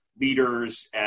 leaders